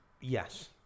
Yes